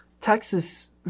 Texas